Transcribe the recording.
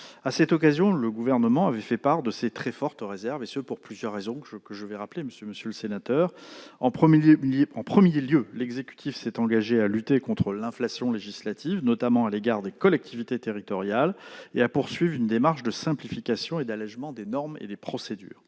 À cette occasion, le Gouvernement avait fait part de ses très fortes réserves, et ce pour plusieurs raisons que je vais rappeler, monsieur le sénateur. En premier lieu, l'exécutif s'est engagé à lutter contre l'inflation législative, notamment à l'égard des collectivités territoriales, et à poursuivre une démarche de simplification et d'allégement des normes et des procédures.